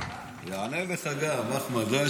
אענה גם לך, אחמד.